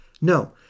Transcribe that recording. No